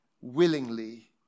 willingly